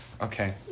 Okay